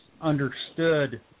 understood